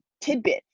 tidbits